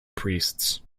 priests